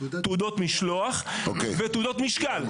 תעודות משלוח ותעודות משקל.